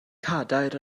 cadair